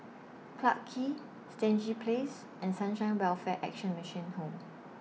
Clarke Quay Stangee Place and Sunshine Welfare Action Mission Home